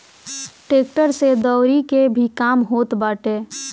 tractor से दवरी के भी काम होत बाटे